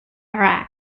iraq